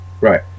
Right